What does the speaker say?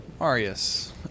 Arius